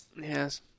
Yes